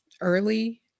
early